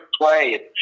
play